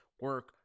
Work